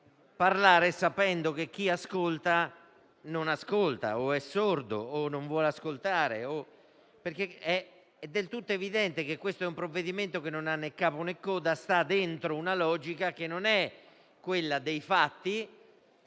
sapendo che chi ascolta non ascolta o è sordo o non vuole ascoltare. È del tutto evidente infatti che questo è un provvedimento che non ha né capo, né coda e sta dentro una logica che non è quella dei fatti,